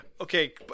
Okay